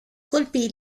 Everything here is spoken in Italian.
colpì